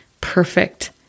perfect